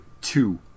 two